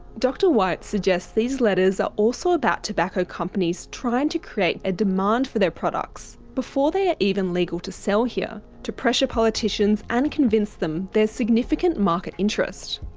dr white suggests these letters are also about tobacco companies trying to create a demand for their products before they are even legal to sell here. to pressure politicians and convince them there's significant market interest.